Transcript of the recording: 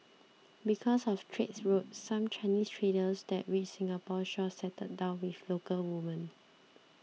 because of trade routes some Chinese traders that reached Singapore's shores settled down with local women